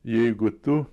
jeigu tu